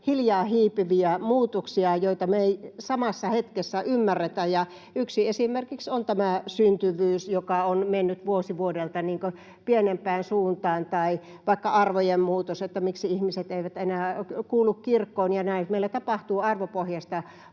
hiljaa hiipiviä muutoksia, joita me ei samassa hetkessä ymmärretä. Ja yksi esimerkiksi on tämä syntyvyys, joka on mennyt vuosi vuodelta pienempään suuntaan, tai vaikka arvojen muutos, että miksi ihmiset eivät enää kuulu kirkkoon ja näin. Meillä tapahtuu arvopohjaista